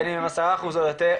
בין אם הם 10% או יותר,